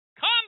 Come